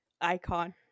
icon